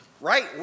right